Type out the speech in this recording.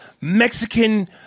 Mexican